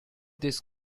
this